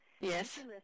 Yes